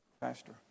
Pastor